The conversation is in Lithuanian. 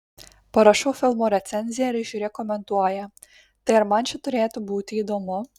parašau filmo recenziją ir žiūrėk komentuoja tai ar man čia turėtų būti įdomu